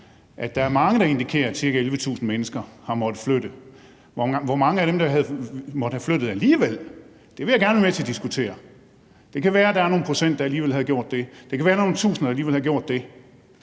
at der er mange, der indikerer, at ca. 11.000 mennesker har måttet flytte. Hvor mange af dem der måtte have flyttet alligevel, vil jeg gerne være med til at diskutere – det kan være, der er nogle procent, der ville have gjort det alligevel; det kan være, der er nogle tusinder, der ville have gjort det